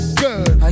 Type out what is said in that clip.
good